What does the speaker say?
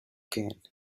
can